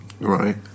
Right